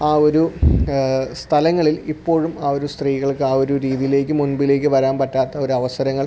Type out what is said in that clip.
ആ ഒരു സ്ഥലങ്ങളിൽ ഇപ്പോഴും ആ ഒരു സ്ത്രീകൾക്കാണ് ഒരു രീതിയിലേക്ക് മുൻപിലേക്കു വരാൻ പറ്റാത്തൊരവസരങ്ങൾ